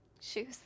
shoes